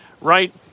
Right